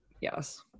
Yes